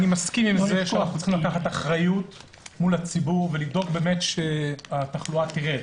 אני מסכים שאנחנו צריכים לקחת אחריות מול הציבור ולדאוג שהתחלואה תרד.